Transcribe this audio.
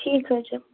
ٹھیٖک حظ چھُ